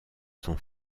son